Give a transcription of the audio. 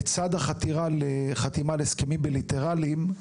לצד החתירה לחתימת הסכמים בילטרליים,